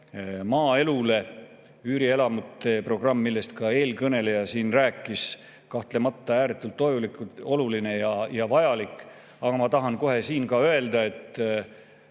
maaelule, üürielamute programm, millest ka eelkõneleja siin rääkis, on kahtlemata ääretult oluline ja vajalik. Aga ma tahan kohe öelda, et